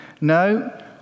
No